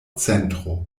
centro